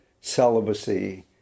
celibacy